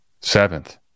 seventh